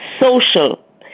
social